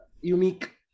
unique